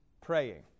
praying